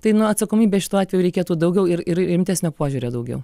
tai nuo atsakomybės šituo atveju reikėtų daugiau ir ir rimtesnio požiūrio daugiau